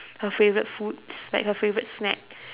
her favourite foods like her favourite snack